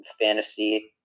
fantasy